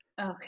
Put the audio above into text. Okay